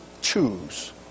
choose